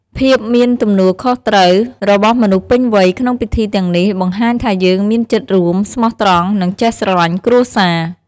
ភាពមានទំនួលខុសត្រូវរបស់មនុស្សពេញវ័យ ក្នុងពិធីទាំងនេះ បង្ហាញថាយើងមានចិត្តរួម ស្មោះត្រង់ និងចេះស្រឡាញ់គ្រួសារ។